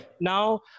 Now